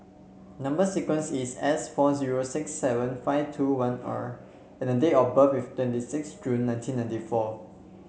number sequence is S four zero six seven five two one R and the date of birth is twenty six June nineteen ninety four